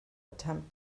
attempt